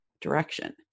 direction